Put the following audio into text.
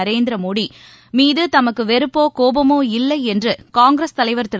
நரேந்திரமோதிமீதுதமக்குவெறுப்போ கோபமோ இல்லைஎன்றுகாங்கிஸ் தலைவர் திரு